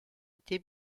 été